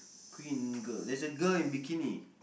queen girl there's a girl in bikini